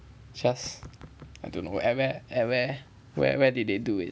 just I don't know at where at where where where did they do it